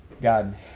God